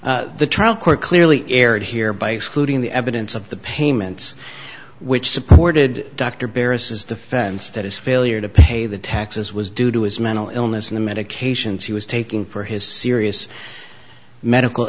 the trial court clearly erred here by excluding the evidence of the payments which supported dr buress defense that his failure to pay the taxes was due to his mental illness and the medications he was taking for his serious medical